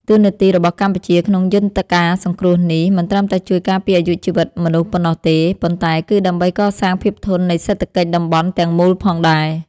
តួនាទីរបស់កម្ពុជាក្នុងយន្តការសង្គ្រោះនេះ មិនត្រឹមតែជួយការពារអាយុជីវិតមនុស្សប៉ុណ្ណោះទេ ប៉ុន្តែ គឺដើម្បីកសាងភាពធន់នៃសេដ្ឋកិច្ចតំបន់ទាំងមូលផងដែរ។